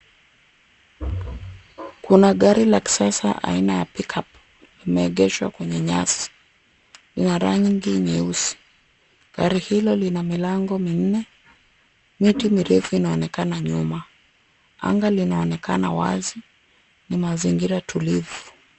Kuna gari la kisasa aina ya pick-up imeegeshwa kwenye nyasi ni la rangi nyeusi. Gari hilo lina milango minne, miti mirefu inaonekana nyuma. Anga linaonekana wazi, ni mazingira tulivu.